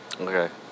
Okay